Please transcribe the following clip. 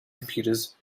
computers